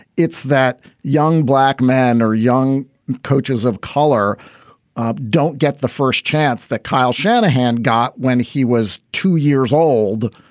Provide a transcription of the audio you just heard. it's that young black man or young coaches of color don't get the first chance that kyle shanahan got when he was two years old,